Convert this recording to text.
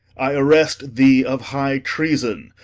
i arrest thee of high treason,